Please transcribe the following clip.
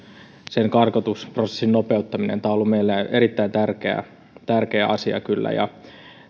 tämä karkotusprosessin nopeuttaminen on ollut meille erittäin tärkeä asia kyllä ja